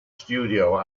studio